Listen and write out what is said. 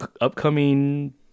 upcoming